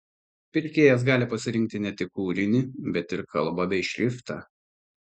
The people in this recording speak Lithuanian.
pirkėjas gali pasirinkti ne tik kūrinį bet ir kalbą bei šriftą